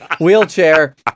wheelchair